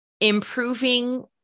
improving